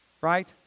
right